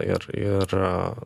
ir ir